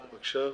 בבקשה.